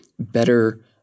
better